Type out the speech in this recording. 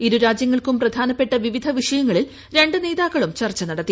ഇരുരാജ്യങ്ങൾക്കും പ്രധാന്റുപ്പട്ട വിവിധ വിഷയങ്ങളിൽ ര നേതാക്കളും ചർച്ച നടത്തി